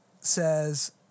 says